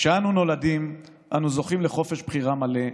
כשאנו נולדים אנחנו זוכים לחופש בחירה מלא.